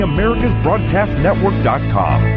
AmericasBroadcastNetwork.com